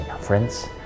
Friends